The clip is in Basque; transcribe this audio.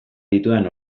ditudan